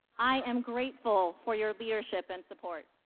i am grateful for your leadership and support.